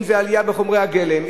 אם זאת עלייה במחירי חומרי הגלם,